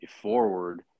forward